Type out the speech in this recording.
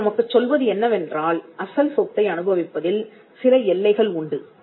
இது நமக்குச் சொல்வது என்னவென்றால் அசல் சொத்தை அனுபவிப்பதில் சில எல்லைகள் உண்டு